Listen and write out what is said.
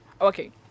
okay